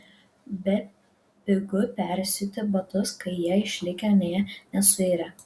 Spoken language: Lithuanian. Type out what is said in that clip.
bepigu persiūti batus kai jie išlikę nė nesuirę